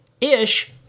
Ish